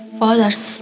fathers